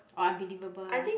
oh unbelievable ah